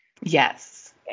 yes